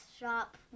shop